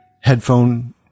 headphone